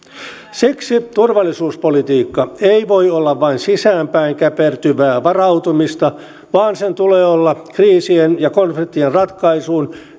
siksi turvallisuuspolitiikka ei voi olla vain sisäänpäin käpertyvää varautumista vaan sen tulee olla kriisien ja konfliktien ratkaisuun